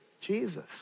Jesus